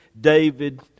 David